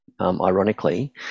ironically